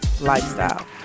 lifestyle